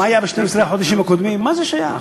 מה היה ב-12 החודשים הקודמים, מה זה שייך?